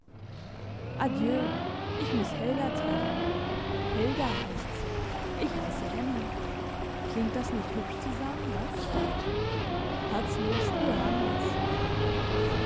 ich muss helga treffen helga heisst sie ich heisse henning klingt das nicht hübsch zusammen was herzlichst ihr randers